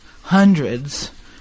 hundreds